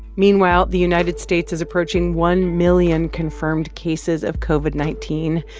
meanwhile, the united states is approaching one million confirmed cases of covid nineteen,